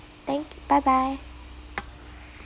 thank bye bye